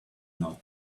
nod